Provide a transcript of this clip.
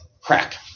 crack